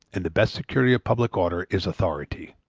and the best security of public order is authority.